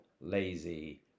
lazy